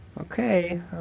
Okay